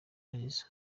arizo